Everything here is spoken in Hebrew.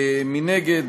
מנגד,